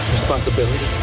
responsibility